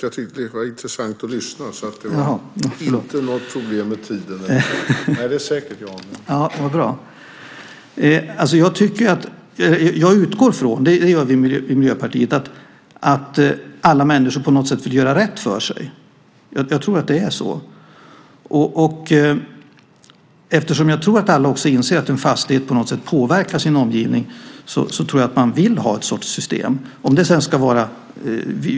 Jag och vi i Miljöpartiet utgår från att alla människor på något sätt vill göra rätt för sig. Jag tror att det är så. Eftersom jag tror att alla också inser att en fastighet på något sätt påverkar sin omgivning så tror jag att man vill ha en sorts system.